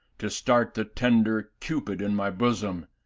to start the tender cupid in my bosom?